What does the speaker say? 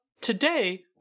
today